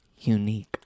unique